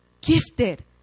Gifted